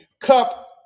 cup